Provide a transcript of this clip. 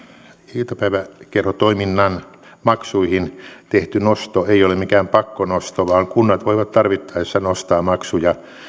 iltapäiväkerhotoiminnan maksuihin tehty nosto ei ole mikään pakkonosto vaan kunnat voivat tarvittaessa nostaa maksuja